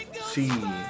see